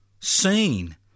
seen